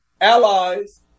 allies